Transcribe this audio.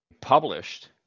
Published